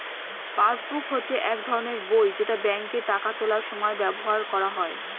passbook হচ্ছে এক ধরনের বই যেটা ব্যাংকে টাকা তোলার সময় ব্যবহার করা হয়